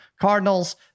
Cardinals